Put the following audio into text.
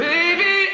Baby